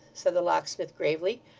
said the locksmith gravely,